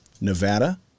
Nevada